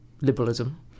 liberalism